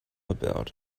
about